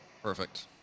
Perfect